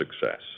success